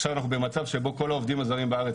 ועכשיו אנחנו במצב שבו כל העובדים הזרים בארץ